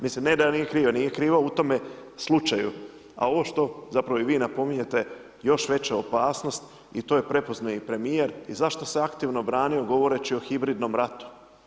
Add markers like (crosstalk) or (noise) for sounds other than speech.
Mislim ne da nije kriva, nije kriva u tome slučaju, a ovo što zapravo i vi napominjete, još veća opasnost, a to je … (unintelligible) premjer i zašto se aktivno branio govoreći o hibridnom ratu?